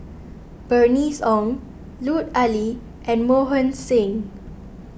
Bernice Ong Lut Ali and Mohan Singh